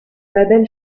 mabel